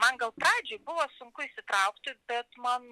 man gal pradžiai buvo sunku išsitraukti bet man